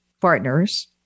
partners